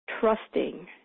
trusting